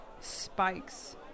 Spikes